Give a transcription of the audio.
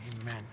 amen